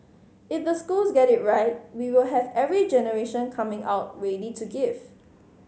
if the schools get it right we will have every generation coming out ready to give